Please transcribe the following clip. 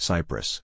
Cyprus